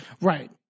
Right